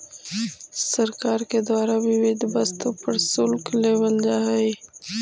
सरकार के द्वारा विविध वस्तु पर शुल्क लेवल जा हई